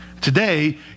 Today